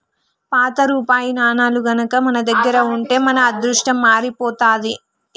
పాత రూపాయి నాణేలు గనక మన దగ్గర ఉంటే మన అదృష్టం మారిపోతాది